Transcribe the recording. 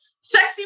sexy